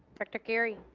director geary.